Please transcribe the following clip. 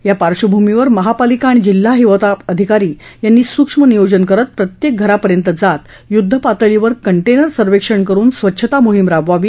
या पार्श्वभूमीवर महापालिका आणि जिल्हा हिवताप अधिकारी यांनी सुक्ष्म नियोजन करत प्रत्येक घरापर्यंत जात युध्द पातळीवर कंटेनर सर्वेक्षण करुन स्वच्छता मोहीम राबवावी